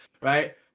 right